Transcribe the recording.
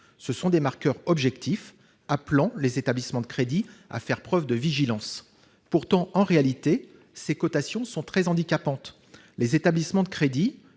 Il s'agit de marqueurs objectifs appelant les établissements de crédit à faire preuve de vigilance. En réalité, ces cotations sont très handicapantes. Les établissements de crédit,